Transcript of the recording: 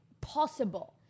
possible